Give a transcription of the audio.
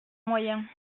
moyen